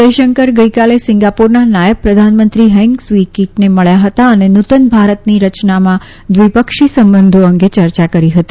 જયશંકર ગઈકાલે સીંગાપોરના નાયબ પ્રધાનમંત્રી હેંગ સ્વી કીટને મળ્યા હતા અને નુતન ભારતની રચનામાં દ્વિપક્ષી સંબંધો અંગે યર્ચા કરી હતી